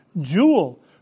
Jewel